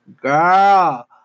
Girl